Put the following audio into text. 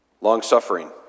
Long-suffering